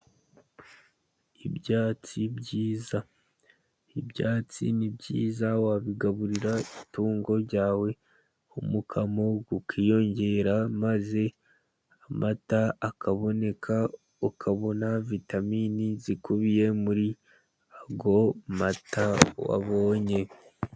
Ibyatsi byiza, ibyatsi ni byiza wabigaburira itungo ryawe, umukamo ukiyongera. Maze amata akaboneka ukabona vitamini zikubiye muri ayo mata wabonye.